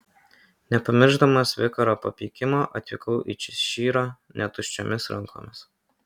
nepamiršdamas vikaro papeikimo atvykau į češyrą ne tuščiomis rankomis